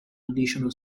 additional